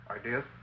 Ideas